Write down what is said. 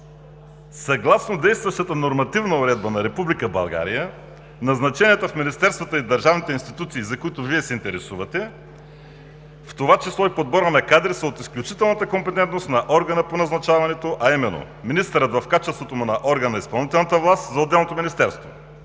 съгласно действащата нормативна уредба на Република България назначенията в министерствата и в държавните институции, за които Вие се интересувате, в това число и подбора на кадри, са от изключителната компетентност на органа по назначаването, а именно министъра, в качеството му на орган на изпълнителната власт за отделното министерство,